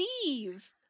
Steve